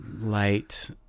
light